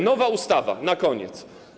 Nowa ustawa na koniec.